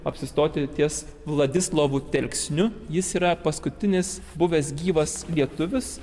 apsistoti ties vladislovu telksniu jis yra paskutinis buvęs gyvas lietuvis